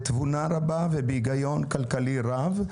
בתבונה רבה ובהיגיון כלכלי רב.